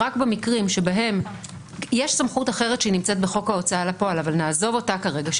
יש סמכות אחרת שנמצאת בחוק ההוצאה לפעול אבל נעזוב אותה כרגע,